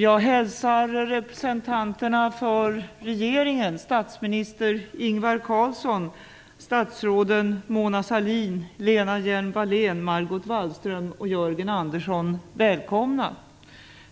Jag hälsar representanterna för regeringen, statsminister Ingvar Carlsson, statsråden Mona Sahlin,